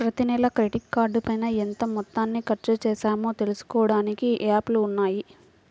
ప్రతినెలా క్రెడిట్ కార్డుపైన ఎంత మొత్తాన్ని ఖర్చుచేశామో తెలుసుకోడానికి యాప్లు ఉన్నయ్యి